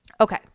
Okay